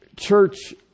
Church